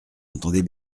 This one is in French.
entendez